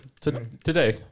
Today